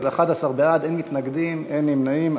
אז 11 בעד, אין מתנגדים, אין נמנעים.